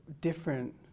different